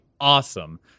awesome